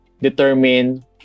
determine